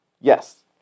Yes